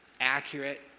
accurate